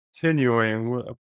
continuing